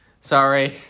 Sorry